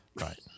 Right